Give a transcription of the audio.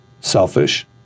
selfish